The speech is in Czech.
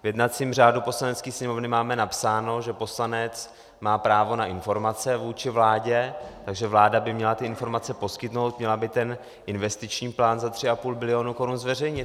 V jednacím řádu Poslanecké sněmovny máme napsáno, že poslanec má právo na informace vůči vládě, takže vláda by měla ty informace poskytnout, měla by ten investiční plán za 3,5 bilionu korun zveřejnit.